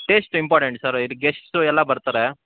taste important sir ಇದು guests ಎಲ್ಲ ಬರ್ತಾರೆ